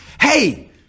Hey